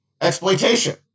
exploitation